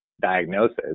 diagnosis